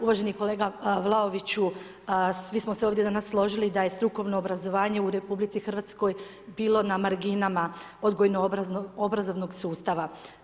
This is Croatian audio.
Uvaženi kolega Vlaoviću, svismo se ovdje danas složili da je strukovno obrazovanje u RH bilo na marginama odgojno-obrazovnog sustava.